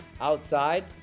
outside